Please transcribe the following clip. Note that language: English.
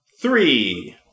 Three